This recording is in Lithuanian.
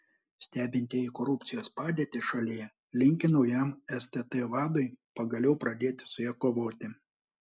stebintieji korupcijos padėtį šalyje linki naujam stt vadui pagaliau pradėti su ja kovoti